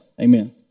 amen